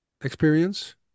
experience